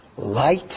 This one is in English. Light